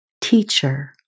teacher